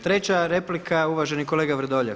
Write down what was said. Treća replika uvaženi kolega Vrdoljak.